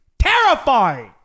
Terrifying